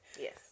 Yes